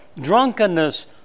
Drunkenness